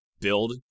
build